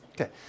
Okay